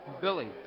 Billy